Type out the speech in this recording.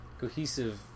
cohesive